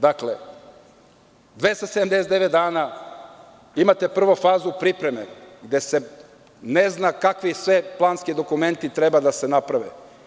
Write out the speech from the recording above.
Dakle, 279 dana, a imate prvo fazu pripreme gde se ne zna kakvi sve planski dokumenti treba da se naprave.